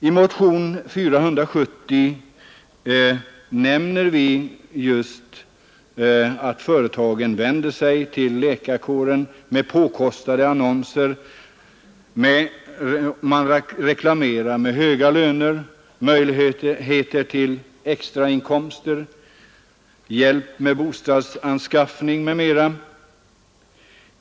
I motionen 470 nämner vi just att företagen vänder sig till läkarkåren med påkostade annonser, där man gör reklam med höga löner, möjligheter till extrainkomster, hjälp med bostädsanskaffning m.m.